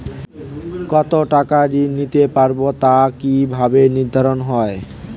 কতো টাকা ঋণ নিতে পারবো তা কি ভাবে নির্ধারণ হয়?